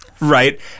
right